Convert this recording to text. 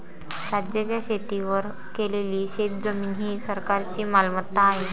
राज्याच्या शेतीवर केलेली शेतजमीन ही सरकारची मालमत्ता आहे